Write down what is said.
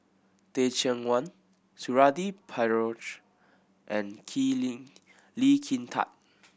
Teh Cheang Wan Suradi Parjo and Kin Lee Lee Kin Tat